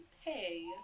Hey